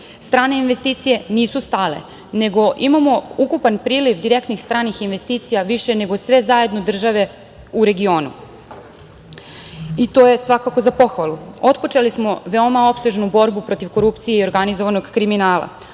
Strane investicije nisu stale, nego imamo ukupan priliv direktnih stranih investicija više nego sve zajedno države u regionu. To je svakako za pohvalu. Otpočeli smo veoma opsežnu borbu protiv korupcije i organizovanog kriminala.